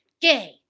Gay